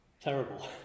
terrible